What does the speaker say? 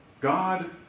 God